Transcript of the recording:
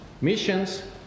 missions